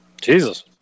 Jesus